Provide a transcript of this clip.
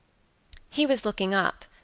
he was looking up,